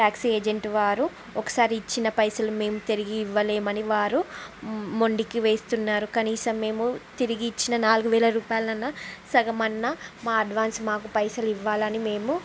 taxi agent వారు ఒకసారి ఇచ్చిన పైసలు మేము తిరిగి ఇవ్వలేమని వారు మొండికి వేస్తున్నారు కనీసం మేము తిరిగి ఇచ్చిన నాలుగు వేలు రూపాయలనన్న సగం అయినా మా అడ్వాన్స్ మాకు పైసలు ఇవ్వాలని మేము